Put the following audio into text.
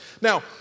Now